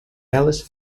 alice